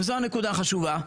וזוהי הנקודה החשובה,